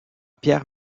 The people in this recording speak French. pierre